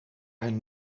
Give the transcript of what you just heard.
hun